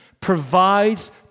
provides